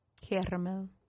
Caramel